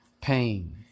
pain